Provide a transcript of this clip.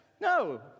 No